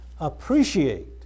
Appreciate